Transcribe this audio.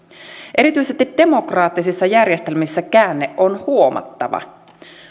erityisesti demokraattisissa järjestelmissä käänne on huomattava